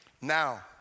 Now